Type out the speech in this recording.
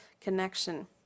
connection